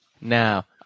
now